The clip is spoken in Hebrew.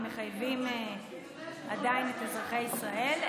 המחייבים עדיין את אזרחי ישראל,